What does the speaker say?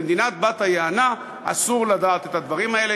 במדינת בת-היענה אסור לדעת את הדברים האלה.